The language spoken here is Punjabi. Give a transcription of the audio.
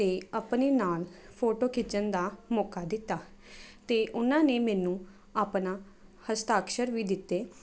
ਅਤੇ ਆਪਣੇ ਨਾਲ ਫੋਟੋ ਖਿੱਚਣ ਦਾ ਮੌਕਾ ਦਿੱਤਾ ਅਤੇ ਉਹਨਾਂ ਨੇ ਮੈਨੂੰ ਆਪਣਾ ਹਸਤਾਖਰ ਵੀ ਦਿੱਤੇ